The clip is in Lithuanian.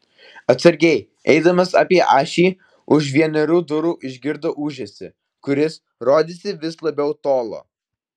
atsargiai eidamas apie ašį už vienerių durų išgirdo ūžesį kuris rodėsi vis labiau tolo